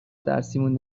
درسیمون